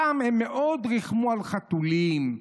שם הם מאוד ריחמו על חתולים,